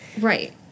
Right